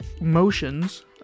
motions